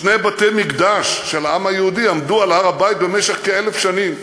שני בתי-מקדש של העם היהודי עמדו על הר-הבית במשך כ-1,000 שנים,